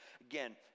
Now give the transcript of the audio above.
Again